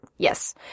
Yes